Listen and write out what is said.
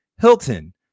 Hilton